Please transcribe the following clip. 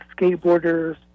skateboarders